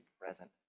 present